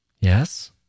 Yes